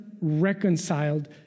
reconciled